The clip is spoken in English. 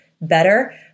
better